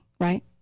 right